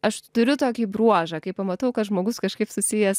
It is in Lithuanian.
aš turiu tokį bruožą kai pamatau kad žmogus kažkaip susijęs